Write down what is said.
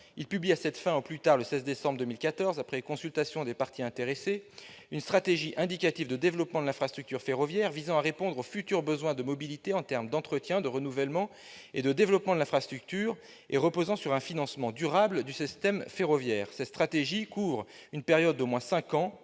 Ils publient, à cette fin, au plus tard le 16 décembre 2014, après consultation des parties intéressées, une stratégie indicative de développement de l'infrastructure ferroviaire visant à répondre aux futurs besoins de mobilité en termes d'entretien, de renouvellement et de développement de l'infrastructure et reposant sur un financement durable du système ferroviaire. Cette stratégie couvre une période d'au moins cinq ans